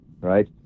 Right